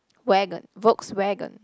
wagon Volkswagen